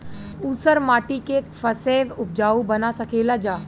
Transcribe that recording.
ऊसर माटी के फैसे उपजाऊ बना सकेला जा?